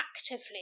actively